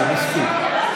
מספיק.